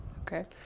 Okay